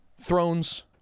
thrones